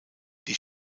die